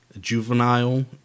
juvenile